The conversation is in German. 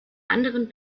anderen